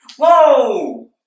Whoa